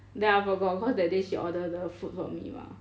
then I forgot cause that day she order the food for me mah